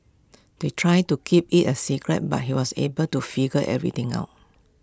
they tried to keep IT A secret but he was able to figure everything out